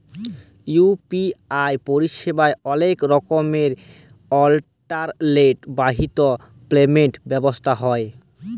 UPI পরিসেবা অলেক রকমের ইলটারলেট বাহিত পেমেল্ট ব্যবস্থা হ্যয়